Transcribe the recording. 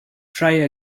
try